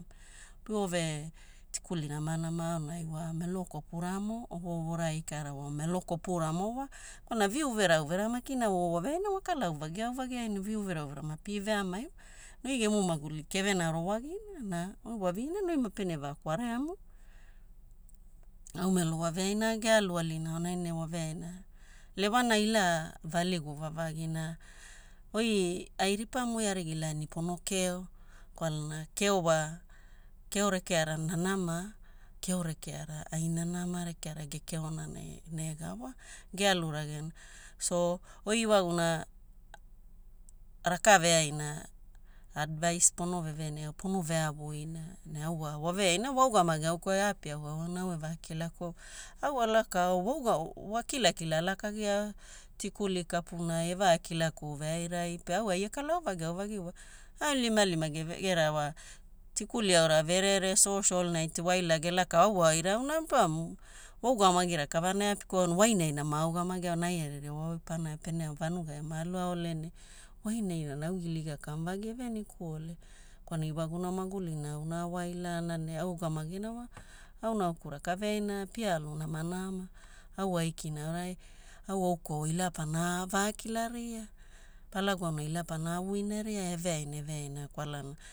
Piove tikuli namanama aonai wa melo kopuramo, ovovora e ikara, wa melo kopuramo wa kwalana vii uvera uvera makina wa waveaina wa kala auvagi auvagiai ne vii uvera uvera mapie veamai wa. Oi gemu maguli kevena rowagina na oi waviina ne oi mapene va kwareamu. Au melo waveaina gealu alina aonai ne waveaina lewana ila valigu vavagi na oi ai ripamu oi arigi laani pono keo. Kwalana keo wa, keo rekeara nanama, keo rekeara ai nanama, rekeara gekeona ne nega wa gealu ragena. So oi iwaguna raka veaina advise pono veveni pono veavuina? Ne au wa waveaina waugamagi aokuai aapi auauana ne au evakilakuo. Au alakao wauga wakilakila alakagiao tikuli kapunai evakilakuo veairai pe au ai akala auvagi auvagi wai. Auniliamalima geve era wa tikuli aura verere social night waila gelakao au wa irauna ripamu waugamagi rakavana eapikuo ne wainaina maugamagiao ne ai aririwawai pana ao. Pene ao vanugai ama aluaona ne wainainana au iliga kamuvagi evenikuole kwalana iwaguna magulina auna awailaana ne augamagina wa au nauku rakaveaina pie alu namanama au aikina aurai au aukwaua ila pana vakilaria Palagu aonai ila pana avuinara eveaina eveaina kwalana